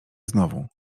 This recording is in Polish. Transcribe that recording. znowu